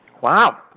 Wow